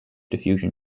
diffusion